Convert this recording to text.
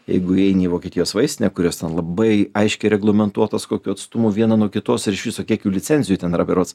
jeigu eini į vokietijos vaistinę kurios ten labai aiškiai reglamentuotos kokiu atstumu viena nuo kitos ir iš viso kiek jų licenzijų ten yra berods